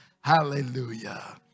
hallelujah